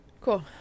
Cool